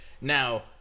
Now